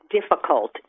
difficult